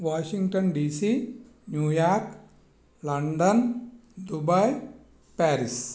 Washington DC New York London Dubai Paris